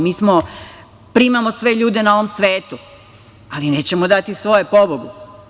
Mi smo, primamo sve ljude na ovom svetu, ali nećemo dati svoje, pobogu.